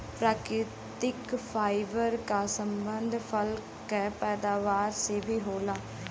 प्राकृतिक फाइबर क संबंध फल क पैदावार से भी होला